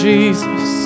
Jesus